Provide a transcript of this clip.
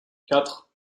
quatre